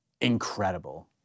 Incredible